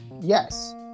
Yes